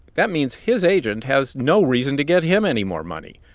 that means his agent has no reason to get him any more money.